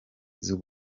z’u